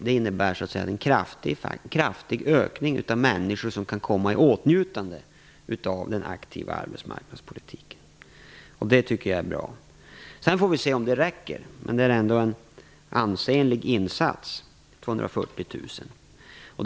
Det innebär en kraftig ökning av antalet människor som kan komma i åtnjutande av den aktiva arbetsmarknadspolitiken. Det tycker jag är bra. Sedan får vi se om det räcker. Men det är ändå en ansenlig insats, 240 000 personer.